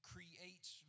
creates